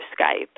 Skype